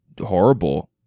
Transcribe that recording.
horrible